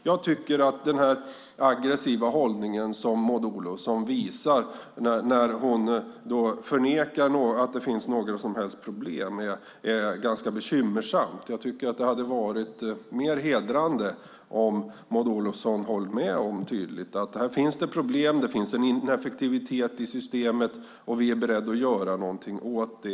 Jag tycker att den aggressiva hållning som Maud Olofsson visar när hon förnekar att det finns några som helst problem är ganska bekymmersam. Det hade varit mer hedrande om Maud Olofsson tydligt hållit med om att det finns problem: Det finns en ineffektivitet i systemet, och vi är beredda att göra någonting åt det.